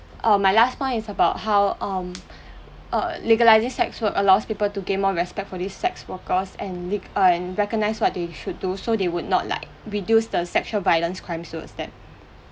err my last point is about how um err legalising sex work allows people to gain more respect for these sex workers and lea~ and recognize what they should do so they would not like reduce the sexual violence crimes towards them